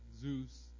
Zeus